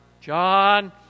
John